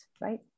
right